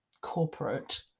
corporate